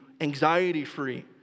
anxiety-free